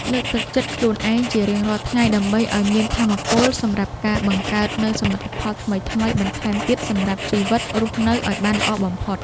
លើកទឹកចិត្តខ្លួនឯងជារៀងរាល់ថ្ងៃដើម្បីឱ្យមានថាមពលសម្រាប់ការបង្កើតនូវសមិទ្ធផលថ្មីៗបន្ថែមទៀតសម្រាប់ជីវិតរស់នៅឱ្យបានល្អបំផុត។